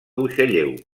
buixalleu